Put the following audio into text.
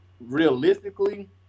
realistically